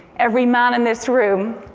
every man in this room,